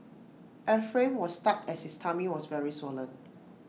Ephraim was stuck as his tummy was very swollen